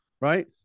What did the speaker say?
right